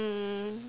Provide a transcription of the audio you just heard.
mm